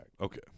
Okay